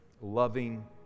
loving